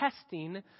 testing